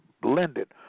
blended